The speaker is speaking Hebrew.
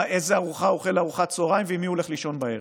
מה הוא אוכל לארוחת הצוהריים ועם מי הוא הולך לישון בערב.